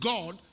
God